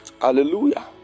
Hallelujah